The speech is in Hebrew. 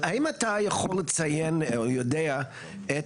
האם אתה יכול לציין או שאתה יודע את